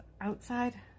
outside